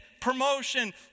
promotion